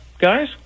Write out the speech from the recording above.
Guys